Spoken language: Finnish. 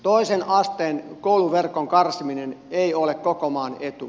toisen asteen kouluverkon karsiminen ei ole koko maan etu